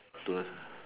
don't have